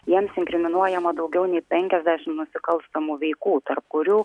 jiems inkriminuojama daugiau nei penkiasdešim nusikalstamų veikų tarp kurių